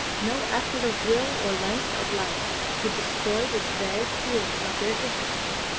no effort of will or length of life could destroy this vague feeling of their difference.